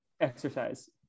exercise